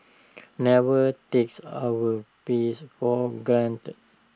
never takes our peace for granted